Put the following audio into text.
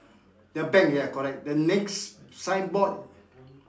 ya bank ya correct the next signboard